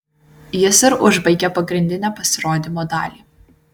jis ir užbaigė pagrindinę pasirodymo dalį